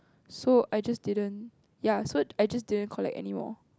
so I just didn't ya so I just didn't collect anymore